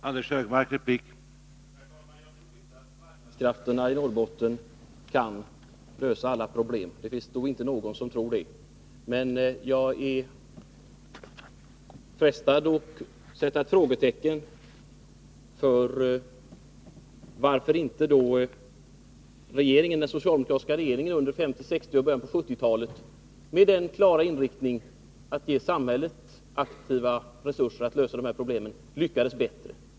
Herr talman! Jag tror inte att marknadskrafterna i Norrbotten kan lösa alla problem — det finns nog inte någon som tror det — men jag är frestad att fråga varför den socialdemokratiska regeringen då inte lyckades bättre under 1950-, 1960 och början av 1970-talet, med den klara inriktningen att ge samhället aktiva resurser att lösa problemen.